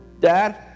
Dad